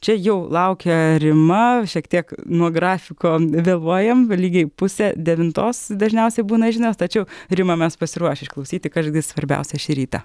čia jau laukia rima šiek tiek nuo grafiko vėluojam lygiai pusę devintos dažniausiai būna žinios tačiau rima mes pasiruošę išklausyti kas gi svarbiausia šį rytą